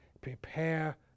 Prepare